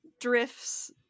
drifts